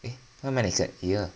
eh why am I naked !eeyer!